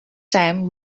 time